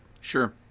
Sure